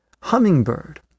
hummingbird